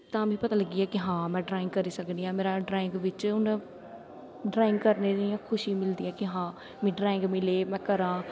तां मिगी पता लग्गी गेआ कि हां में ड्राईंग करी सकनी आं मेरा ड्राईंग बिच्च ड्राईंग हून ड्राईंग करने दी इ'यां खुशी मिलदी ऐ कि हां मीं ड्राईंग मिले में करां